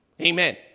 Amen